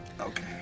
Okay